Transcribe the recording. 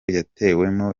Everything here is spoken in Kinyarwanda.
yatewemo